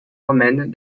romaine